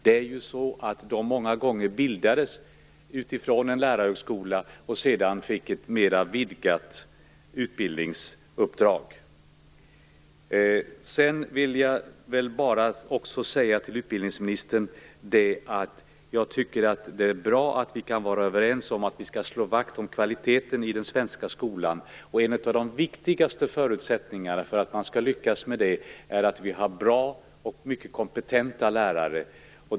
Lärarhögskolor har ju många gånger bildat basen för sådana skolor när de fått ett vidgat utbildningsuppdrag. Jag vill bara också säga till utbildningsministern att jag tycker att det är bra att vi kan vara överens om att vi skall slå vakt om kvaliteten i den svenska skolan. En av de viktigaste förutsättningarna för att man skall lyckas med det är att det finns bra och mycket kompetenta lärare.